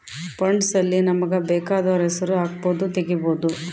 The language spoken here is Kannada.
ಫಂಡ್ಸ್ ಅಲ್ಲಿ ನಮಗ ಬೆಕಾದೊರ್ ಹೆಸರು ಹಕ್ಬೊದು ತೆಗಿಬೊದು